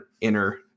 inner